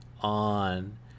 on